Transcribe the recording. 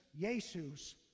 Jesus